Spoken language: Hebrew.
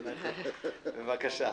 בבקשה.